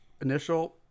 initial